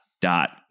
dot